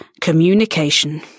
communication